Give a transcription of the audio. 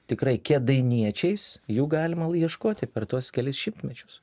tikrai kėdainiečiais jų galima ieškoti per tuos kelis šimtmečius